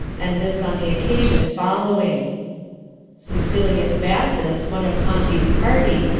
and this on the occasion following cecilius bassus, one of pompey's party,